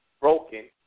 broken